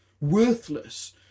worthless